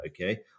okay